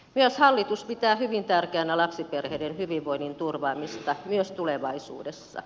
myös hallitus pitää hyvin tärkeänä lapsiperheiden hyvinvoinnin turvaamista myös tulevaisuudessa